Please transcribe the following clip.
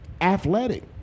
Athletic